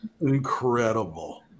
Incredible